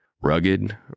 Rugged